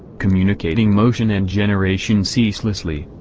communicating motion and generation ceaselessly,